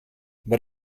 but